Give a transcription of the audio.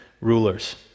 rulers